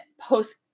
post